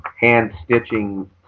hand-stitching